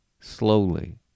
Slowly